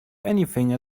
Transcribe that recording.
anything